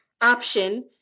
option